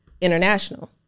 international